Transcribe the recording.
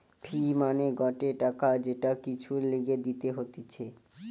ফি মানে গটে টাকা যেটা কিছুর লিগে দিতে হতিছে